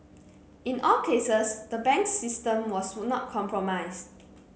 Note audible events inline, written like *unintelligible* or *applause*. in all cases the banks system was *unintelligible* not compromised